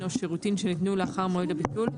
או שירותים שניתנו לאחר מועד הביטול,